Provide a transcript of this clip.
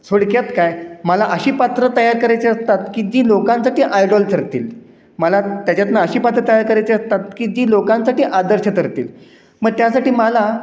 थोडक्यात काय मला अशी पात्र तयार करायचे असतात की जी लोकांसाठी आयडॉल ठरतील मला त्याच्यातनं अशी पात्र तयार करायचे असतात की जी लोकांसाठी आदर्श तरतील मग त्यासाठी मला